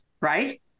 right